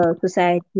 society